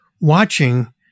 watching